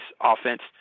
offense